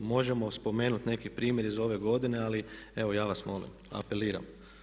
Možemo spomenuti neki primjer iz ove godine ali evo ja vas molim, apeliram.